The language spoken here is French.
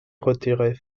retirait